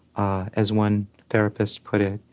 ah as one therapist put it,